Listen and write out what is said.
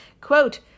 Quote